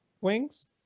wings